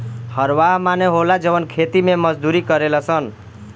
हरवाह माने होला जवन खेती मे मजदूरी करेले सन